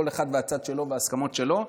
כל אחד והצד שלו וההסכמות שלו,